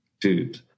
dude